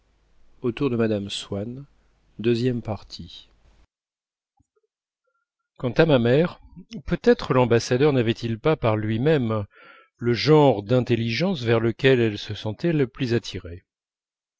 quant à ma mère peut-être l'ambassadeur n'avait-il pas par lui-même le genre d'intelligence vers lequel elle se sentait le plus attirée